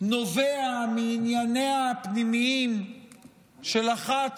נובע מענייניה הפנימיים של אחת